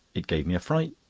it gave me a fright,